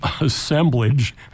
assemblage